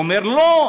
הוא אומר: לא,